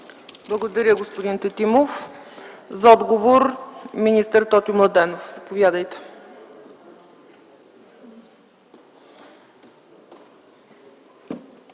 Благодаря Ви, господин Тетимов. За отговор – министър Тотю Младенов, заповядайте.